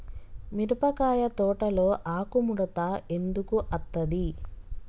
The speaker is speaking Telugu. మిరపకాయ తోటలో ఆకు ముడత ఎందుకు అత్తది?